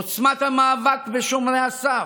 עוצמת המאבק בשומרי הסף,